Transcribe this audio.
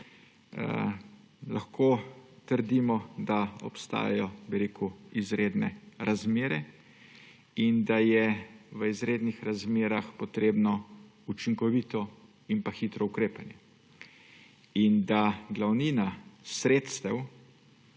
Lahko trdimo, da obstajajo izredne razmere in da je v izrednih razmerah potrebno učinkovito in hitro ukrepanje. Glavnina sredstev